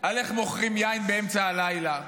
באיך מוכרים יין באמצע הלילה,